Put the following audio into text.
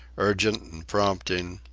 urgent and prompting,